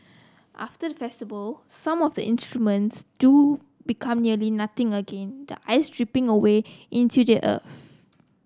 after the festival some of the instruments do become nearly nothing again the ice dripping away into the earth